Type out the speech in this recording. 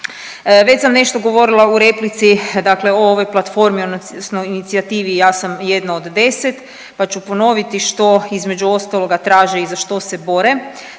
Već sam nešto govorila u replici, dakle o ovoj platformi odnosno inicijativi Ja sam 1 od 10 pa ću ponoviti što, između ostaloga, traže i za što se bore.